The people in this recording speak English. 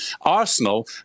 Arsenal